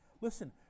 Listen